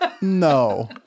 No